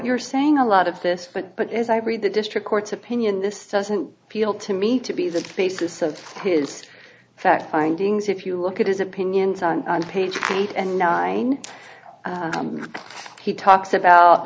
you're saying a lot of this but but as i read the district court's opinion this doesn't appeal to me to be the basis of his fact findings if you look at his opinions on page eight and nine he talks about